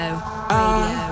Radio